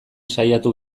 saiatu